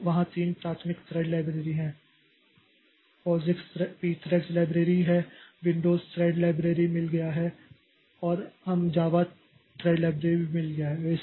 तो वहाँ तीन प्राथमिक थ्रेड लाइब्रेरी है एक POSIX Pthreads लाइब्रेरी है तो विंडोज़ थ्रेड लाइब्रेरी मिल गया है और हम जावा थ्रेड लाइब्रेरी मिल गया है